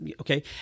okay